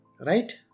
Right